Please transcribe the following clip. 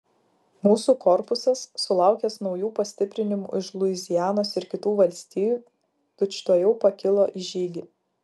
mūsų korpusas sulaukęs naujų pastiprinimų iš luizianos ir kitų valstijų tučtuojau pakilo į žygį